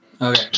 Okay